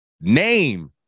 Name